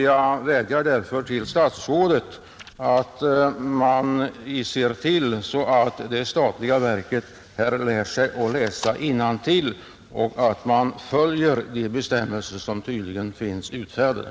Jag vädjar därför till statsrådet att se till att det statliga verket lär sig att läsa innantill och följer de bestämmelser som finns utfärdade.